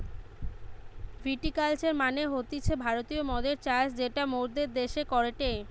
ভিটি culture মানে হতিছে ভারতীয় মদের চাষ যেটা মোরদের দ্যাশে করেটে